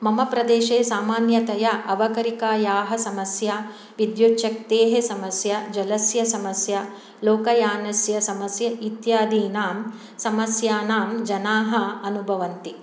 मम प्रदेशे सामान्यतया अवकरिकायाः समस्या विद्युच्छक्तेः सम्स्या जलस्य समस्या लोकयानस्य समस्या इत्यादिनां समस्यानां जनाः अनुभवन्ति